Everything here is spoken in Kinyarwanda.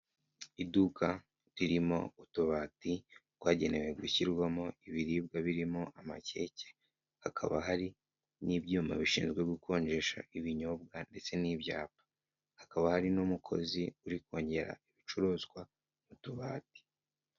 Iduka ririmo utubati twagenewe gushyirwamo ibiribwa birimo amakeke, hakaba hari n'ibyuma bishinzwe gukonjesha ibinyobwa ndetse n'ibyapa, hakaba hari n'umukozi uri kongera ibicuruzwa mu tubati.